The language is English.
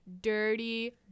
dirty